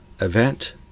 event